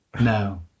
No